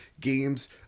games